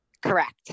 Correct